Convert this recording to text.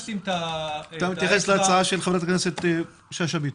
אתה מתייחס להצעה של חברת הכנסת שאשא ביטון?